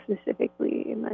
specifically